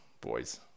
Boys